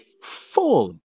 full